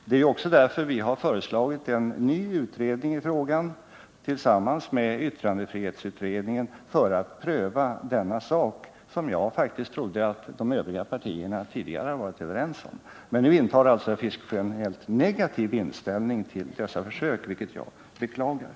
Det är ju också därför som vi har föreslagit en ny utredning i frågan för att tillsammans med yttrandefrihetsutredningen pröva dessa saker, som jag faktiskt trodde att de övriga partierna tidigare har varit överens om. Nu har alltså herr Fiskesjö en helt negativ inställning till dessa försök, vilket jag beklagar.